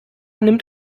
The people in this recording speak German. nimmt